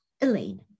Elaine